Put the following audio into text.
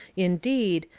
indeed,